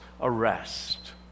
arrest